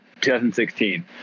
2016